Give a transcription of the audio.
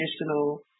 additional